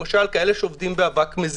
למשל, כאלה שעובדים באבק מזיק.